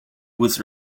was